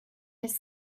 his